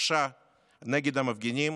קשה נגד המפגינים,